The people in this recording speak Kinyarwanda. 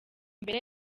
mbere